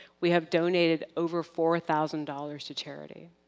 we have donated over four thousand dollars to charity.